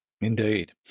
Indeed